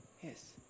Yes